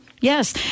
Yes